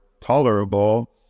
tolerable